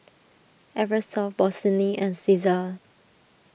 Eversoft Bossini and Cesar